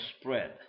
spread